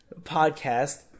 podcast